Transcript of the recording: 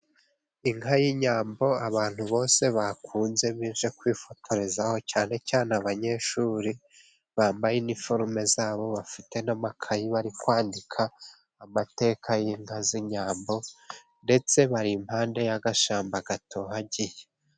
Inka y'inyambo abantu bose bakunze, baza kwifotorezaho, cyane cyane abanyeshuri, bambaye impuzankano zabo, bafite n'amakayi bari kwandika, amateka y'inka z'inyambo, ndetse bari impande y'agashyamba gatohagiye.